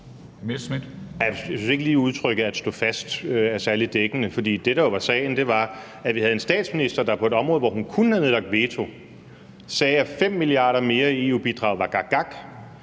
Jeg synes ikke, at udtrykket at stå fast er særlig dækkende, for det, der jo var sagen, var, at vi havde en statsminister, der på et område, hvor hun kunne have nedlagt veto, sagde, at 5 mia. kr. mere i EU-bidrag var gakgak.